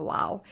Wow